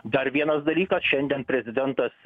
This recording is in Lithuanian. dar vienas dalykas šiandien prezidentas